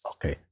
Okay